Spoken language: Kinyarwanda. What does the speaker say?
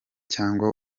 cyangwa